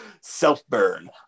Self-burn